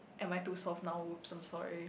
am I too soft now oops I'm sorry